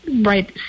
right